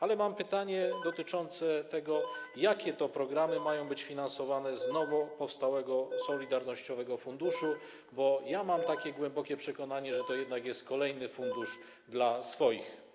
Ale mam pytanie dotyczące tego, jakie programy mają być finansowane z nowo powstałego solidarnościowego funduszu, bo mam głębokie przekonanie, że to jednak jest kolejny fundusz dla swoich.